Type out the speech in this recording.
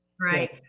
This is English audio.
Right